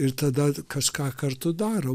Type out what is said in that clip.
ir tada kažką kartu daro